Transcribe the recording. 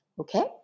Okay